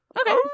Okay